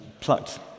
plucked